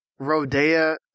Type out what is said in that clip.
Rodea